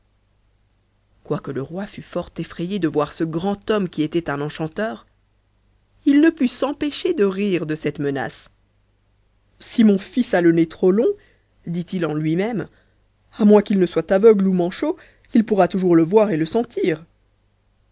quoique le roi fût fort effrayé de voir ce grand homme qui était un enchanteur il ne put s'empêcher de rire de cette menace si mon fils a le nez trop long dit-il en lui-même à moins qu'il ne soit aveugle ou manchot il pourra toujours le voir ou le sentir